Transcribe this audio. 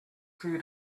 few